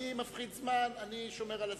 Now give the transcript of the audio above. אני מפחית זמן, אני שומר על הזמן.